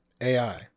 AI